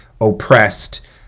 oppressed